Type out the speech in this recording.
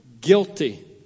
guilty